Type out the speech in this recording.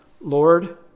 Lord